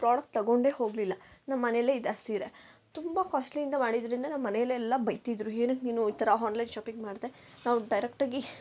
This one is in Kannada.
ಪ್ರೋಡಕ್ಟ್ ತೊಗೊಂಡೆ ಹೋಗ್ಲಿಲ್ಲ ನಮ್ಮ ಮನೆಲ್ಲೇ ಇದೆ ಆ ಸೀರೆ ತುಂಬ ಕ್ವಾಸ್ಟ್ಲಿಯಿಂದ ಮಾಡಿದ್ರಿಂದ ನಮ್ಮನೆಲ್ಲೆಲ್ಲ ಬೈತಿದ್ರು ಏನಕ್ಕೆ ನೀನು ಈ ಥರ ಹಾನ್ಲೈನ್ ಶಾಪಿಂಗ್ ಮಾಡ್ದೆ ನಾವು ಡೈರೆಕ್ಟಾಗಿ